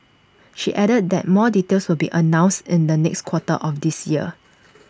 she added that more details will be announced in the next quarter of this year